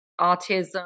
autism